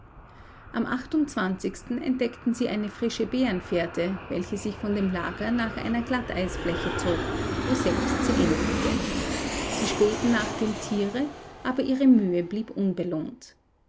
am entdeckten sie eine frische bärenfährte welche sich von dem lager nach einer glatteisfläche zog woselbst sie endigte sie spähten nach dem tiere aber ihre mühe blieb unbelohnt